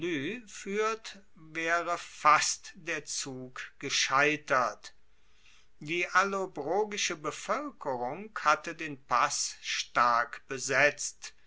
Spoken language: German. fuehrt waere fast der zug gescheitert die allobrogische bevoelkerung hatte den pass stark besetzt